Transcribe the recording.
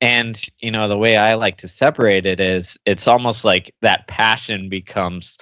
and you know the way i like to separate it is it's almost like that passion becomes